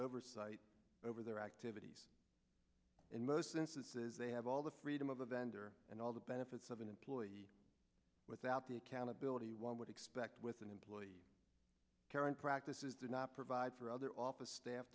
oversight over their activities in most instances they have all the freedom of the vendor and all the benefits of an employee without the accountability one would expect with an employee care and practices do not provide for other office staff